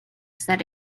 said